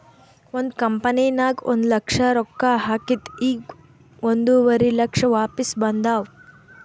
ಒಂದ್ ಕಂಪನಿನಾಗ್ ಒಂದ್ ಲಕ್ಷ ರೊಕ್ಕಾ ಹಾಕಿದ್ ಈಗ್ ಒಂದುವರಿ ಲಕ್ಷ ವಾಪಿಸ್ ಬಂದಾವ್